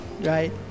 right